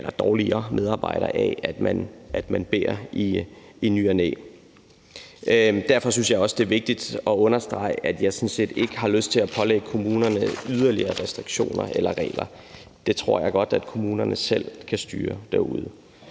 en dårligere medarbejder af, at man beder i ny og næ. Derfor synes jeg sådan set også, det er vigtigt at understrege, at jeg ikke har lyst til at pålægge kommunerne yderligere restriktioner eller regler. Det tror jeg godt at kommunerne derude selv kan styre.